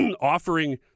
offering